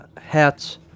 hats